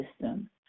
system